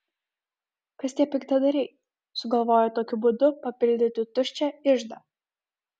kas tie piktadariai sugalvoję tokiu būdu papildyti tuščią iždą